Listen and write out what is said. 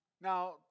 Now